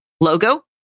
logo